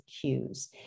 cues